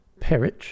Perich